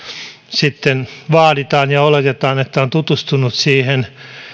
sitten vaaditaan ja oletetaan että on tutustunut siihen